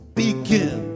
begin